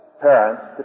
parents